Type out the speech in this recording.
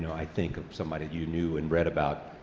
i think of somebody you knew and read about,